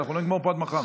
אנחנו לא נגמור פה עד מחר.